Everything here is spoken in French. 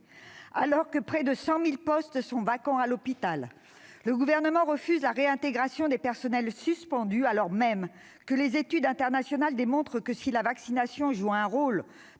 pandémie. Près de 100 000 postes sont vacants à l'hôpital. Et, malgré tout cela, le Gouvernement refuse la réintégration des personnels suspendus, alors même que les études internationales démontrent que si la vaccination joue un rôle